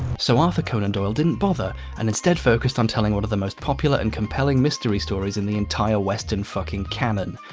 so arthur conan doyle didn't bother and instead focused on telling one of the most popular and compelling mystery stories in the entire western fucking canon.